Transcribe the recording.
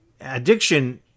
addiction